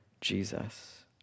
Jesus